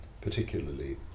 particularly